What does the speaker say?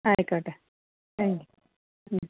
ആയിക്കോട്ടെ thank U